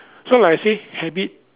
so like I say habit